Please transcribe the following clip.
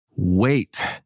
Wait